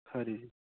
खरी